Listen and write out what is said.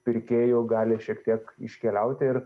pirkėjų gali šiek tiek iškeliauti ir